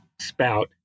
spout